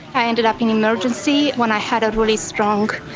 i ended up in emergency when i had a really strong,